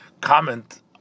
comment